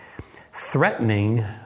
Threatening